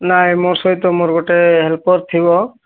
ନାଇଁ ମୋ ସହିତ ମୋର ଗୋଟେ ହେଲ୍ପର୍ ଥିବ